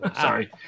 Sorry